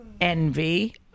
envy